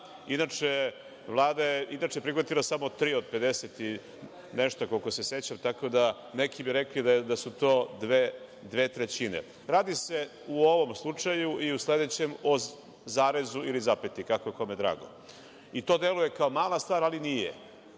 zakona. Inače, Vlada je prihvatila samo tri od pedeset i nešto, koliko se sećam, tako da, neki bi rekli da su to dve trećine. Radi se u ovom slučaju i u sledećem o zarezu ili zapeti, kako je kome drago. I to deluje kao mala stvar, ali nije.